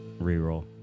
Reroll